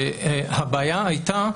שהבעיה הייתה,